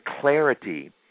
clarity